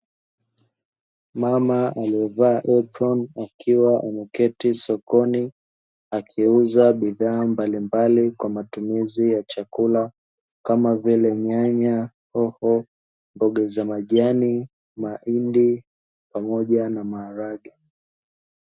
Mama aliyevaa eproni akiwa ameketi sokoni, akiuza bidhaa mbalimbali kwa matumizi ya chakula, kama vile; nyanya, hoho, mboga za majani, mahindi pamoja na maharage.